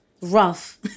rough